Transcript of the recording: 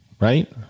right